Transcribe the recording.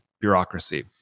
bureaucracy